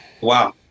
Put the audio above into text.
Wow